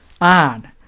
on